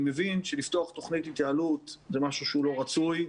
אני מבין שלפתוח תוכנית התייעלות זה משהו שהוא לא רצוי,